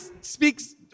speaks